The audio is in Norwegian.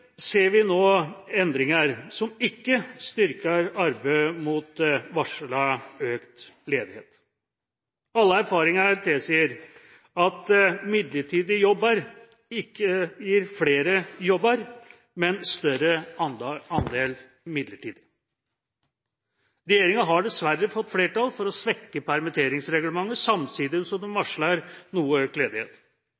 ser vi nå endringer som ikke styrker arbeidet mot varslet økt ledighet. Alle erfaringer tilsier at midlertidige jobber ikke gir flere jobber, men større andel midlertidige. Regjeringa har dessverre fått flertall for å svekke permitteringsreglementet, samtidig som